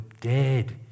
dead